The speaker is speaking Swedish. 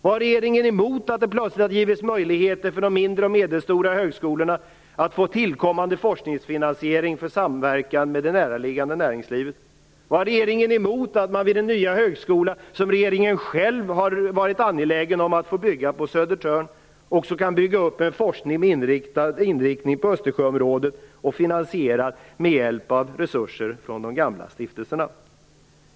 Vad har regeringen emot att det plötsligt har givits möjligheter för de mindre och medelstora högskolorna att få tillkommande forskningsfinansiering för samverkan med det näraliggande näringslivet? Vad har regeringen emot att man vid den nya högskola som regeringen själv har varit angelägen om att få bygga på Södertörn kan bygga upp en forskning med inriktning på Östersjöområdet och finansierad med hjälp av resurser från de gamla stiftelserna?